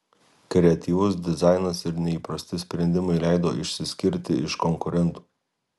kreatyvus dizainas ir neįprasti sprendimai leido išsiskirti iš konkurentų